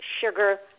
sugar